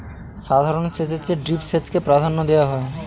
সাধারণ সেচের চেয়ে ড্রিপ সেচকে প্রাধান্য দেওয়া হয়